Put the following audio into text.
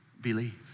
believe